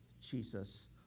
jesus